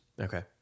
Okay